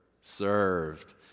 served